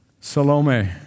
Salome